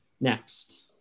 Next